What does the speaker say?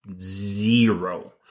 Zero